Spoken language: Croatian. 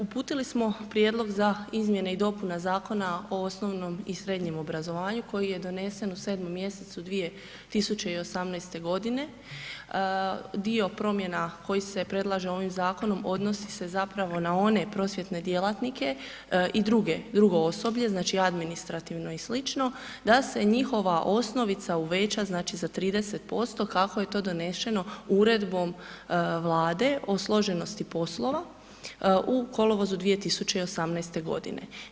Uputili smo prijedlog za izmjene i dopune Zakona o osnovnom i srednjem obrazovanju koji je donesen u 7. mjesecu 2018. godine, dio promjena koji se predlaže ovim zakonom odnosi se na one prosvjetne djelatnike i drugo osoblje, znači administrativno i slično da se njihova osnovica uveća za 30% kako je to donešeno uredbom Vlade o složenosti poslova u kolovozu 2018. godine.